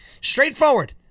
Straightforward